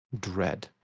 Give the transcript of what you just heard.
dread